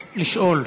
לשאול,